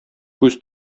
күз